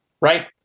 Right